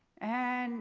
and